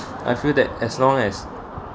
I feel that as long as